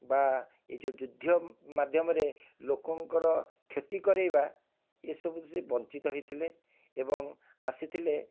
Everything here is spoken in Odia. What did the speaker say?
ବା ଏ ଯେଉଁ ଯୁଦ୍ଧ ମାଧ୍ୟମରେ ଲୋକଙ୍କର କ୍ଷତି କରାଇବା ଏସବୁ ସେ ବଞ୍ଚିତ ହେଇଥିଲେ ଏବଂ ଆସିଥିଲେ